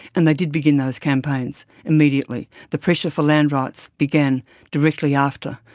and they did begin those campaigns immediately. the pressure for land rights began directly after,